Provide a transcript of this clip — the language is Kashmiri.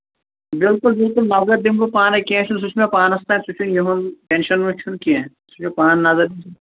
بِلکُل بِلکُل نطر دِمہٕ بہٕ پانے کیٚنٛہہ چھُنہٕ سُہ چھُ مےٚ پانَس تام سُہ چھُنہٕ یِہُنٛد ٹیٚنٛشن وَن چھُنہٕ کیٚنٛہہ سُہ چھُ پانہٕ نظر